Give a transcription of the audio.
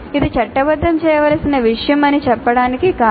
ఇది చట్టబద్ధం చేయవలసిన విషయం అని చెప్పడానికి కాదు